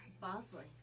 Bosley